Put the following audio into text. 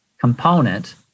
component